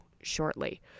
shortly